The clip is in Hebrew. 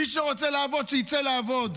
מי שרוצה לעבוד שיצא לעבוד.